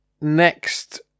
next